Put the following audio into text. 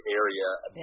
area